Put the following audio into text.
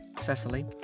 Cecily